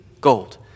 gold